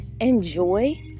enjoy